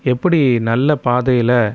எப்படி நல்ல பாதையில்